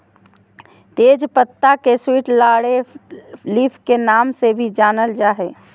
तेज पत्ता के स्वीट लॉरेल लीफ के नाम से भी जानल जा हइ